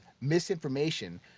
misinformation